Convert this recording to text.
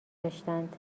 داشتند